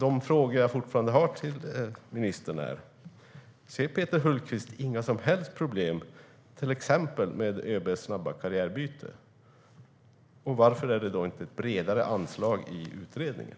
De frågor som jag fortfarande har till ministern är: Ser Peter Hultqvist inga som helst problem till exempel med ÖB:s snabba karriärbyte? Varför är det inte ett bredare anslag i utredningen?